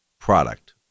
Product